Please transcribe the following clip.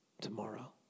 tomorrow